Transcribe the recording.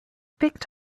picked